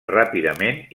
ràpidament